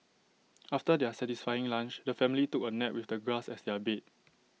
after their satisfying lunch the family took A nap with the grass as their bed